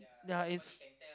ya is